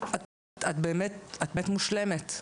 את באמת מושלמת,